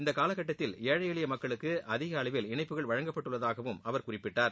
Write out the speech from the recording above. இந்த காலக்கட்டத்தில் ஏழை எளிய மக்களுக்கு அதிக அளவில் இணைப்புகள் வழங்கப்பட்டுள்ளதாகவும் அவர் குறிப்பிட்டார்